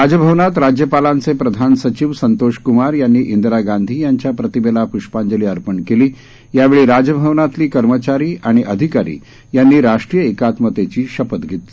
राजभवनात राज्यपालांचे प्रधान सचिव संतोष क्मार यांनी इंदिरा गांधी यांच्या प्रतिमेला प्ष्पांजली अर्पण केली यावेळी राजभवनातील कर्मचारी आणि अधिकारी यांनी राष्ट्रीय एकात्मतेची शपथ दिली